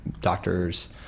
doctors